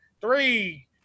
three